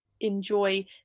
enjoy